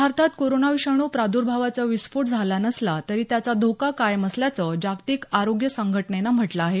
भारतात कोरोना विषाणू प्रादूर्भावाचा विस्फोट झाला नसला तरी त्याचा धोका कायम असल्याचं जागतिक आरोग्य संघटनेनं म्हटलं आहे